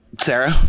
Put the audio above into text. Sarah